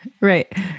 Right